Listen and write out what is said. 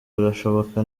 birashoboka